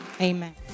amen